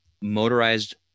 motorized